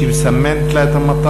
שהיא מסמנת לה את המטרה.